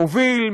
מוביל,